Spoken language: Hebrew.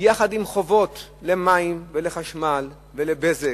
יחד עם חובות למים ולחשמל ול"בזק",